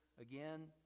again